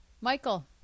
Michael